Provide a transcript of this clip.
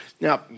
Now